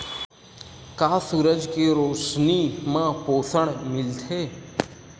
का सूरज के रोशनी म पोषण मिलथे?